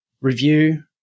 review